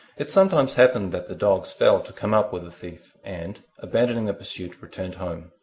it sometimes happened that the dogs failed to come up with the thief, and, abandoning the pursuit, returned home.